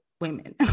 women